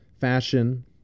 fashion